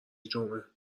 جمعه